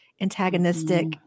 antagonistic